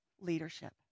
leadership